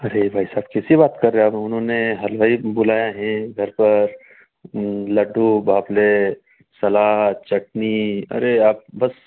अरे भाई साहब कैसी बात कर रहे हो आप उन्होंने हलवाई बुलाया है घर पर लड्डू बापले सलाद चटनी अरे आप बस